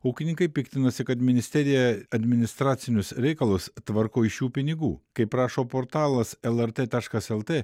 ūkininkai piktinasi kad ministerija administracinius reikalus tvarko iš šių pinigų kaip rašo portalas lrt taškas lt